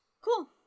cool